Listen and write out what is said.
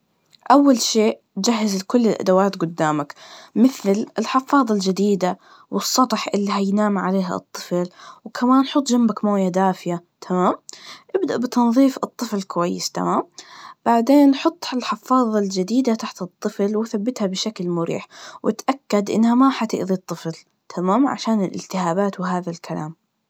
أول شيء جهز الكل الأدوات قدامك, مثل ال, حفاضة الجديدة, والسطح اللي هينام عليه الطفل, وكمان حط جنبك موية دافية, تمام؟ إبدأ بتنظيف الطفل كويس, تمام؟ بعدين حط ح- الحفاظة الجديدة تحت الطفل, وثبتها بشكل مريح, واتأكد إنها ما حتأذي الطفل, تمام؟ عشان الإلتهاباات وهذا الكلام.